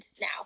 now